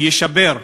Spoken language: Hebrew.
יישבר,